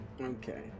Okay